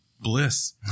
bliss